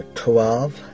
twelve